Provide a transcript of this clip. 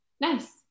Nice